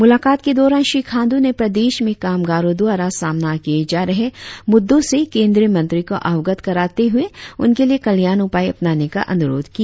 मुलाकात के दौरान श्री खांडू ने प्रदेश में कामगारों द्वारा सामना किए जा रहे मुद्दों से केंद्रीय मंत्री को अवगत कराते हुए उनके लिए कल्याण उपाय अपनाने का अनुरोध किया